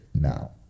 now